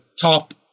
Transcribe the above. top